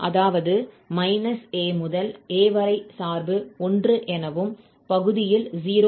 அதாவது 𝑎 முதல் 𝑎 வரை சார்பு 1 எனவும் பகுதியில் 0